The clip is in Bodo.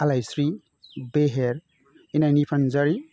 आलायस्रि बेहेर इनायनि फानजारि